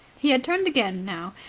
he had turned again now,